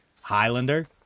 Highlander